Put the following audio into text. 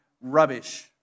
Rubbish